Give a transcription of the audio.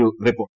ഒരു റിപ്പോർട്ട്